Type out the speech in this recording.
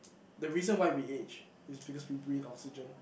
the reason why we aged is because we with oxygen